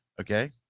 Okay